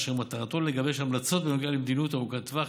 אשר מטרתו לגבש המלצות בנוגע למדיניות ארוכת טווח,